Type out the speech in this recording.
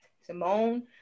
Simone